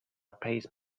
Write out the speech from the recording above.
pace